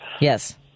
Yes